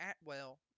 Atwell